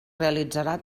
realitzarà